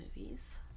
movies